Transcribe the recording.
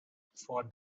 for